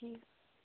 ٹھیٖک